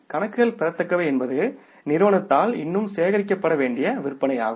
கணக்குகள் பெறத்தக்கவை என்பது நிறுவனத்தால் இன்னும் சேகரிக்கப்பட வேண்டிய விற்பனையாகும்